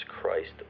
Christ